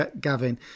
Gavin